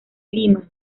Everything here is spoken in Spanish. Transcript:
lima